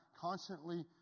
constantly